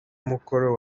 mukoro